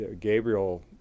Gabriel